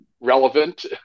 relevant